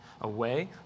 away